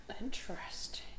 Interesting